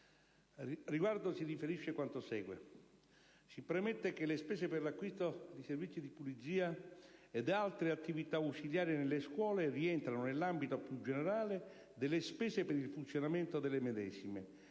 riguardo, si riferisce quanto segue. Si premette che le spese per l'acquisto di servizi di pulizia ed altre attività ausiliarie nelle scuole rientrano nell'ambito, più generale, delle spese per il funzionamento delle medesime;